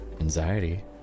Anxiety